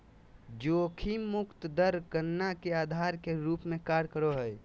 जोखिम मुक्त दर गणना के आधार के रूप में कार्य करो हइ